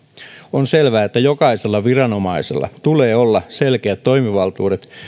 on selvää että jokaisella viranomaisella tulee olla selkeät toimivaltuudet